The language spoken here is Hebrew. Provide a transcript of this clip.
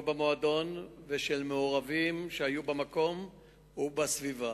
במועדון ושל מעורבים שהיו במקום ובסביבה.